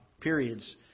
periods